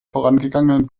vorangegangenen